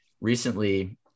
recently